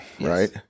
right